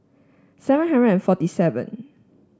seven hundred and forty seven